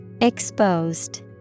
Exposed